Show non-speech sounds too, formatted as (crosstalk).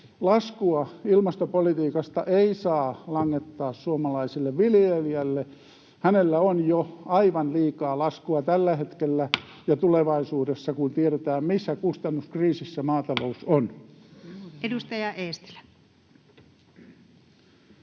Laskua ilmastopolitiikasta ei saa langettaa suomalaiselle viljelijälle. Hänellä on jo aivan liikaa laskua tällä hetkellä (noise) ja tulevaisuudessa, kun tiedetään missä kustannuskriisissä maatalous on. [Speech